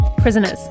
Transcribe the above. prisoners